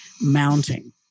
mounting